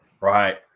Right